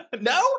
no